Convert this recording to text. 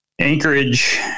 Anchorage